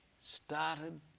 started